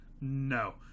No